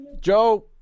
Joe